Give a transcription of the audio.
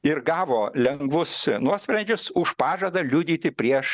ir gavo lengvus nuosprendžius už pažadą liudyti prieš